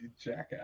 jackass